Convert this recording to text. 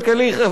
חברים,